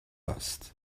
است